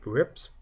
Rip's